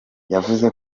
yavuze